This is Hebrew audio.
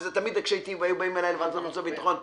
ותמיד היו באים אלי לוועדת החוץ והביטחון ואומרים: